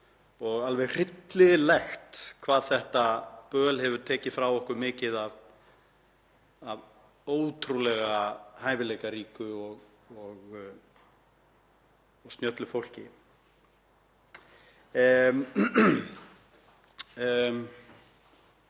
og alveg hryllilegt hvað þetta böl hefur tekið frá okkur mikið af ótrúlega hæfileikaríku og snjöllu fólki.